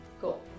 cool